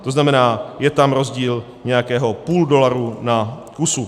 To znamená, je tam rozdíl nějakého půl dolaru na kusu.